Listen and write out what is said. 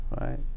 Right